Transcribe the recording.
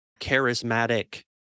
charismatic